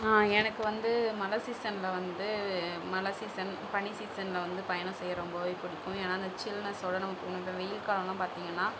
எனக்கு வந்து மழை சீசனில் வந்து மழை சீசன் பனி சீசனில் வந்து பயணம் செய்ய ரொம்ப பிடிக்கும் ஏன்னா அந்த சில்னெஸ்ஸோடு நம்ம இந்த வெயில் காலம்லாம் பார்த்தீங்கனா